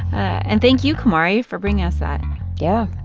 and thank you, kumari, for bringing us that yeah.